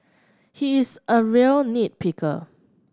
he is a real nit picker